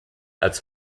als